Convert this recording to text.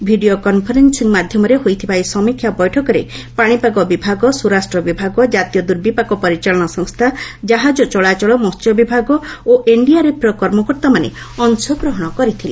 video conferencing ମାଧ୍ୟମରେ ହୋଇଥିବା ଏହି ସମୀକ୍ଷା ବୈଠକରେ ପାଣିପାଗ ବିଭାଗ ସ୍ୱରାଷ୍ଟ୍ର ବିଭାଗ ଜାତୀୟ ଦୁର୍ବିପାକ ପରିଚାଳନା ସଂସ୍ଥା ଜାହାଜ ଚଳାଚଳ ମହ୍ୟ ବିଭାଗ ଓ ଏନ୍ଡିଆର୍ଏଫ୍ର କର୍ମକର୍ତ୍ତାମାନେ ଅଂଶଗ୍ରହଣ କରିଥିଲେ